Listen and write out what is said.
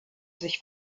sich